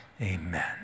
Amen